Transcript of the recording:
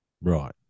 Right